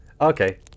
Okay